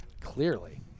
Clearly